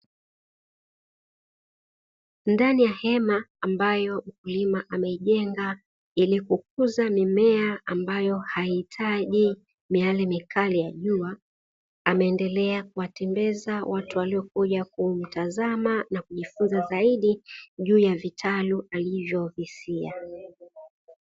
Ndani ya hema ambayo mkulima ameijenga, ili kukuza mimea ambayo haihitaji miale mikali ya jua, ameendelea kuwatembeza watu waliokuja kumtazama na kujifunza zaidi juu ya vitalu alivyovisia.